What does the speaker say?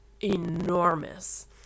enormous